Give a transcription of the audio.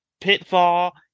pitfall